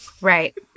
Right